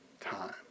time